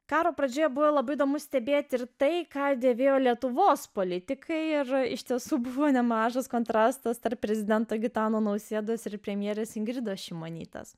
karo pradžioje buvę labai įdomu stebėti ir tai ką dėvėjo lietuvos politikai ir iš tiesų buvo nemažas kontrastas tarp prezidento gitano nausėdos ir premjerės ingridos šimonytės